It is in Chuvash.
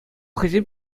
хӑйсен